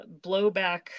blowback